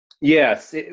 Yes